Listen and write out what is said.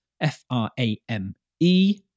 F-R-A-M-E